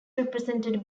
represented